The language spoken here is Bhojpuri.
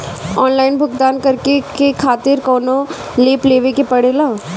आनलाइन भुगतान करके के खातिर कौनो ऐप लेवेके पड़ेला?